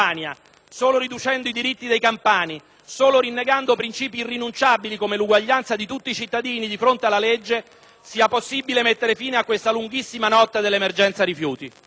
riducendo i diritti dei campani e rinnegando principi irrinunciabili, come l'uguaglianza di tutti i cittadini di fronte alla legge, sia possibile mettere fine a questa lunghissima notte dell'emergenza rifiuti.